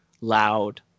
loud